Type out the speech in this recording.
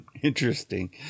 interesting